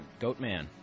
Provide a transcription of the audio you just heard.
Goatman